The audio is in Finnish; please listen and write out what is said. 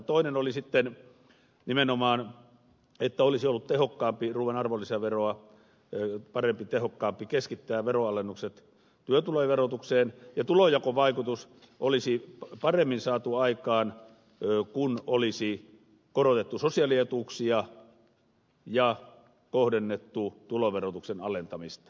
toinen oli sitten nimenomaan että ruuan arvonlisäveroa tehokkaampi ja parempi olisi ollut keskittää veronalennukset työtulojen verotukseen ja tulonjakovaikutus olisi paremmin saatu aikaan kun olisi korotettu sosiaalietuuksia ja kohdennettu tuloverotuksen alentamista